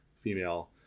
female